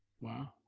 Wow